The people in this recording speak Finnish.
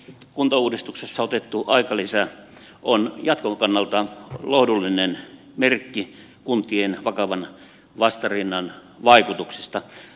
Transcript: kuntauudistuksessa otettu aikalisä on jatkon kannalta lohdullinen merkki kuntien vakavan vastarinnan vaikutuksista